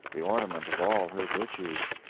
the ornament of all her virtues.